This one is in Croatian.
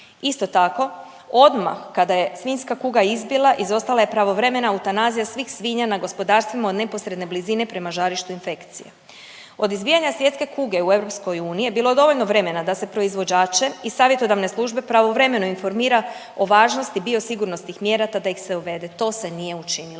Isto tako, odmah kada je svinjska kuga izbila izostala je pravovremena eutanazija svih svinja na gospodarstvima od neposredne blizine prema žarištu infekcije. Od izbijanja svjetske kuge u EU je bilo dovoljno vremena da se proizvođače i savjetodavne službe pravovremeno informira o važnosti biosigurnosnih mjera, te da ih se uvede. To se nije učinilo.